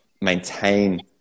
maintain